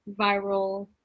viral